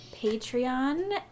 Patreon